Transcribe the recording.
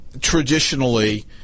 traditionally